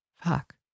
Fuck